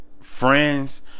friends